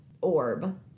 orb